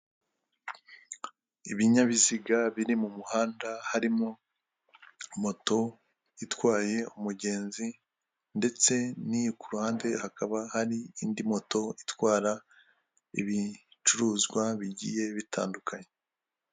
Ibinyabiziga biri mu muhanda harimo moto itwaye umugenzi ndetse ni kuruhande hakaba hari indi moto itwara ibicuruzwa bigiye bitandukanye.